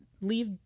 leave